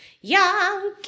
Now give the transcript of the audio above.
young